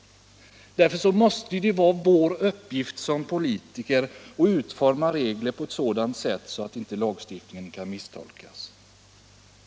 Därför måste det vara vår uppgift som politiker att utforma regler på ett sådant sätt att lagstiftningen inte kan misstolkas.